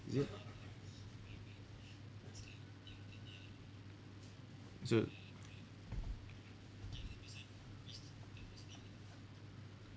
is it so